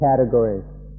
categories